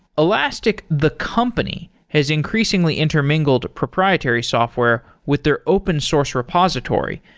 elastic, the company, has increasingly intermingled proprietary software with their open source repository,